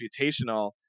computational